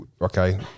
okay